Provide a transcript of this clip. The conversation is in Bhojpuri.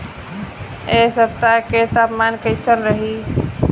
एह सप्ताह के तापमान कईसन रही?